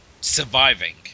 surviving